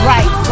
Right